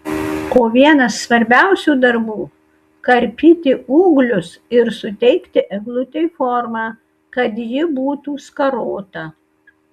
o vienas svarbiausių darbų karpyti ūglius ir suteikti eglutei formą kad ji būtų skarota